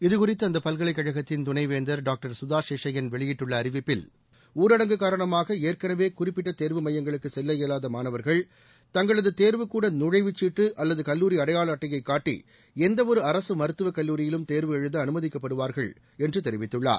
இதுகுறித்து அந்த பல்கலைக் கழகத்தின் துணைவேந்தர் டாக்டர் சுதா சேஷையன் வெளியிட்டுள்ள அறிவிப்பில் ஊரடங்கு காரணமாக ஏற்கனவே குறிப்பிட்ட தேர்வு மையங்களுக்கு செல்ல இயலாத மாணவர்கள் தங்களது தேர்வுக் கூட நுழைவுச்சீட்டு அல்லது கல்லூரி அடையாள அட்டையைக் காட்டி எந்தவொரு அரசு மருத்துவக் கல்லூரியிலும் தேர்வு எழுத அனுமதிக்கப்படுவார்கள் என்று தெரிவித்துள்ளார்